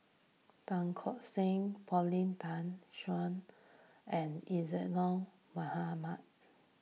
Tan Tock San Paulin Tay Straughan and Isadhora Mohamed